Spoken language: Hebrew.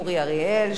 אורי אריאל,